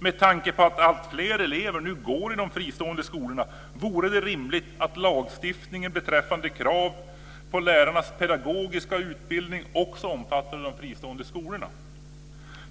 Med tanke på att alltfler elever nu går i de fristående skolorna vore det rimligt att lagstiftningen beträffande krav på lärarnas pedagogiska utbildning också omfattade de fristående skolorna.